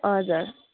हजुर